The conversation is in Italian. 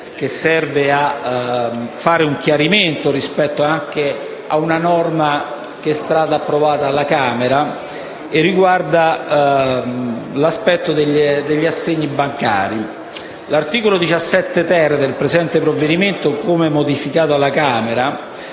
che serve a fare chiarezza rispetto a una norma approvata alla Camera e che riguarda l'aspetto degli assegni bancari. L'articolo 17-*ter* del presente provvedimento, come modificato alla Camera,